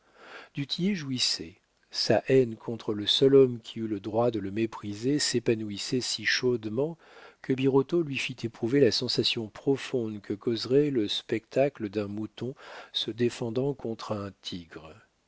tillet jouissait sa haine contre le seul homme qui eût le droit de le mépriser s'épanouissait si chaudement que birotteau lui fit éprouver la sensation profonde que causerait le spectacle d'un mouton se défendant contre un tigre